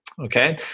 okay